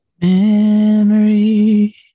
Memory